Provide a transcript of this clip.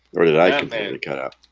or did i jump and cut up?